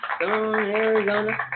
Arizona